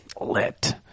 lit